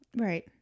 Right